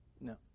No